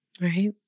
right